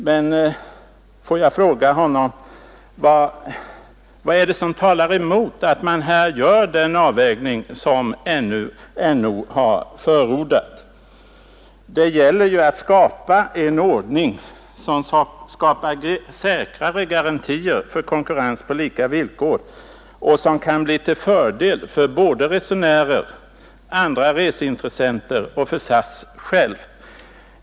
Får jag då fråga honom: Vad är det som talar emot att man gör den avvägning som NO har förordat? Det gäller ju att skapa en ordning som ger säkrare garantier för konkurrens på lika villkor och som kan bli till fördel för resenärer, andra reseintressenter och för SAS självt.